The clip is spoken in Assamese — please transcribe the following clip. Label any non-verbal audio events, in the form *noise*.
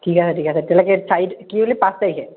ঠিক আছে ঠিক আছে তেতিয়াহলে *unintelligible* কি ক'লি পাঁচ তাৰিখে